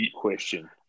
question